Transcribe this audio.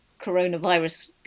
coronavirus